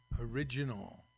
original